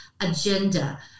agenda